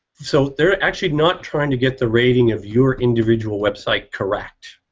so they're actually not trying to get the rating of your individual website correct,